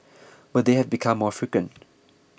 but they have become more frequent